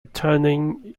turning